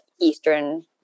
Eastern